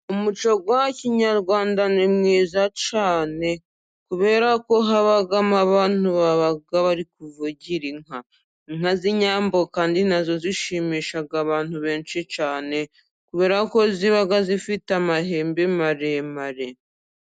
Umuco wa kinyarwanda ni mwiza cyane, kubera ko habagamo abantu baba bari kuvugira inkaka z'inyambo, kandi nazo zishimisha abantu benshi cyane, kubera ko ziba zifite amahembe maremare.